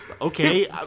Okay